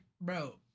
bro